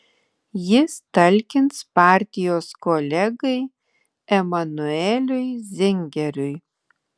jis talkins partijos kolegai emanueliui zingeriui